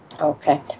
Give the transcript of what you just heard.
okay